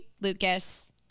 Lucas